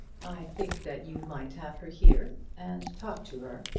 i think that you might have her here and talk to her.